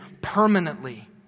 permanently